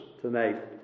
tonight